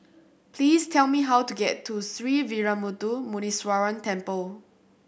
please tell me how to get to Sree Veeramuthu Muneeswaran Temple